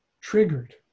triggered